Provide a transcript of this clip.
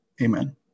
Amen